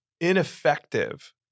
Ineffective